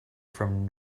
from